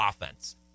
offense